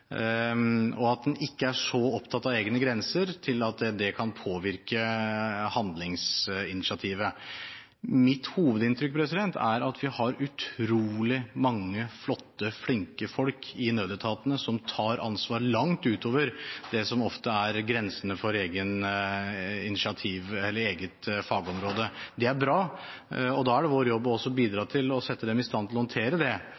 og at en ikke er så opptatt av egne grenser at det kan påvirke handlingsinitiativet. Mitt hovedinntrykk er at vi har utrolig mange flotte, flinke folk i nødetatene som ofte tar ansvar langt utover det som er grensene for eget fagområde. Det er bra, og da er det vår jobb å bidra til å sette dem i stand til å håndtere det